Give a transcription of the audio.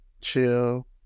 chill